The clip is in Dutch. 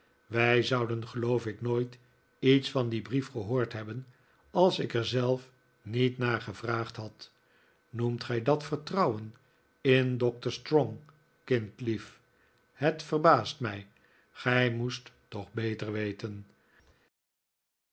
wij zouden geloof ik nooit iets van dien brief gehoord hebben als ik er zelf niet naar gevraagd had noemt gij dat vertrouwen in doctor strong kindlief het verbaast mij gij moest toch beter weten